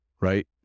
right